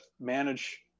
manage